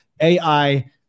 AI